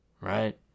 right